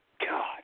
God